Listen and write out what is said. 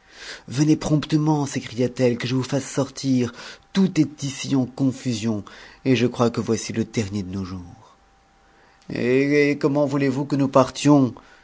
venez promptement sécria t ehe que je vous tasse sortir tout est ici en confusion et je crois que voici le dernier de nos jours hé comment voulez-vous que nous partions